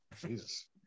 Jesus